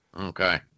okay